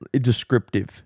Descriptive